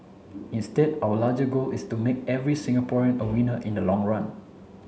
instead our larger goal is to make every Singaporean a winner in the long run